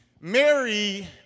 Mary